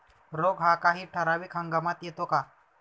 रोग हा काही ठराविक हंगामात येतो का?